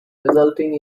resulting